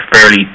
fairly